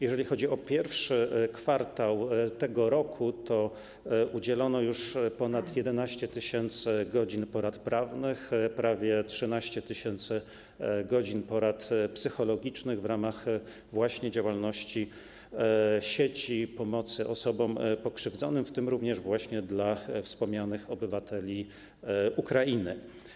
Jeżeli chodzi o pierwszy kwartał tego roku, to udzielono już ponad 11 tys. godzin porad prawnych, prawie 13 tys. godzin porad psychologicznych w ramach działalności sieci pomocy osobom pokrzywdzonym, w tym również wspomnianym obywatelom Ukrainy.